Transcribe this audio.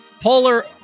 Polar